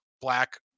black